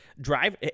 drive